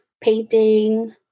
painting